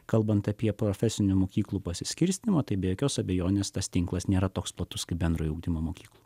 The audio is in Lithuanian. kalbant apie profesinių mokyklų pasiskirstymo tai be jokios abejonės tas tinklas nėra toks platus kaip bendrojo ugdymo mokyklų